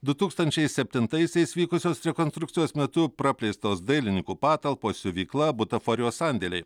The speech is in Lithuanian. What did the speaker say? du tūkstančiai septintaisiais vykusios rekonstrukcijos metu praplėstos dailininkų patalpos siuvykla butaforijos sandėliai